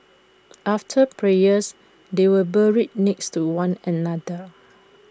after prayers they were buried next to one another